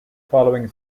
following